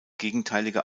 gegenteilige